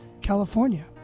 California